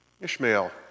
Ishmael